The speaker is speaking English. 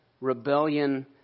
rebellion